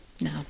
No